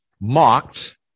mocked